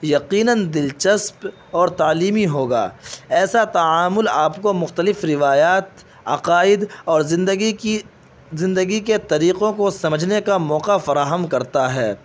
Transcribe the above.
یقیناً دلچسپ اور تعلیمی ہوگا ایسا تعامل آپ کو مختلف روایات عقائد اور زندگی کی زندگی کے طریقوں کو سمجھنے کا موقع فراہم کرتا ہے